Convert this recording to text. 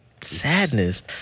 Sadness